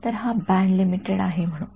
तर हा band limited आहे म्हणू